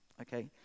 okay